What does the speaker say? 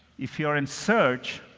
if you're in search,